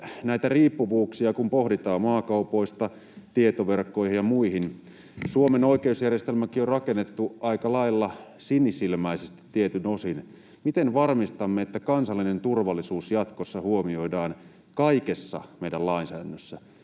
näitä riippuvuuksia maakaupoista tietoverkkoihin ja muihin, niin Suomen oikeusjärjestelmäkin on rakennettu aika lailla sinisilmäisesti tietyin osin. Miten varmistamme, että kansallinen turvallisuus jatkossa huomioidaan kaikessa meidän lainsäädännössä,